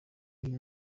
uyu